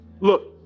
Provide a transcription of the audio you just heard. Look